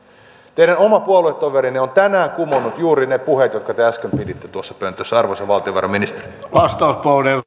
teidän oma puoluetoverinne on tänään kumonnut juuri ne puheet jotka te äsken piditte tuossa pöntössä arvoisa valtiovarainministeri